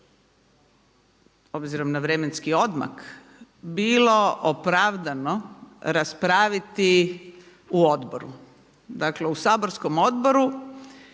obzirom na vremenski odmak, bilo opravdano raspraviti u odboru, dakle u saborskom odboru,